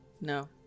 no